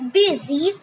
busy